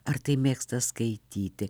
ar tai mėgsta skaityti